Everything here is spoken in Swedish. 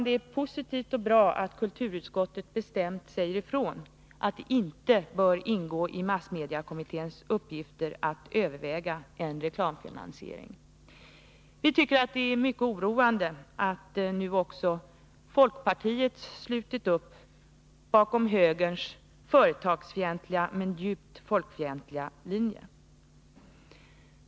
Det är positivt och bra att kulturutskottet bestämt säger ifrån att det inte bör ingå i massmediekommitténs uppgifter att överväga en reklamfinansiering. Det är däremot mycket oroande att nu också folkpartiet slutit upp bakom högerns företagsvänliga men folkfientliga linje.